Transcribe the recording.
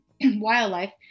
wildlife